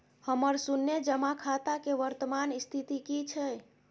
हमर शुन्य जमा खाता के वर्तमान स्थिति की छै?